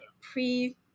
pre